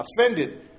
offended